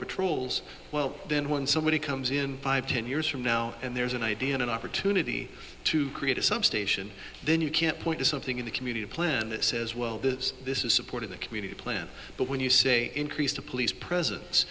patrols well then when somebody comes in five ten years from now and there's an idea and an opportunity to create a substation then you can't point to something in the community plan that says well this is supporting the community plan but when you say increase the police presence